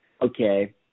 okay